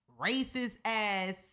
racist-ass